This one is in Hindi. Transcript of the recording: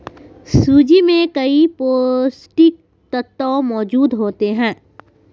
सूजी में कई पौष्टिक तत्त्व मौजूद होते हैं